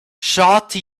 shawty